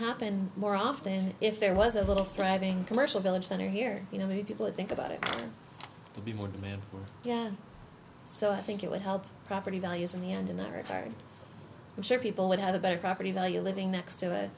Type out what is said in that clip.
happen more often if there was a little thriving commercial village center here you know people would think about it to be more demand so i think it would help property values in the end in that regard i'm sure people would have a better property value living next to